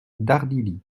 dardilly